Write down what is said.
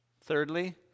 Thirdly